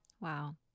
Wow